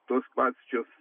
tos pačios